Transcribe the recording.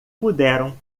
puderam